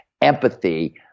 empathy